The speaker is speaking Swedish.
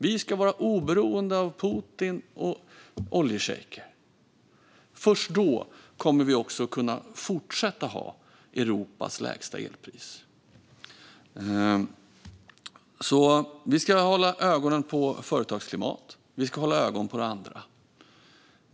Vi ska vara oberoende av Putin och oljeschejker. Först då kommer vi att kunna fortsätta att ha Europas lägsta elpris. Vi ska hålla ögonen på företagsklimat, och vi ska hålla ögonen på det andra.